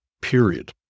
Period